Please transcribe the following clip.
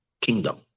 kingdom